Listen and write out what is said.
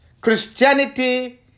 Christianity